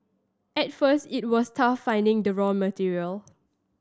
at first it was tough finding the raw material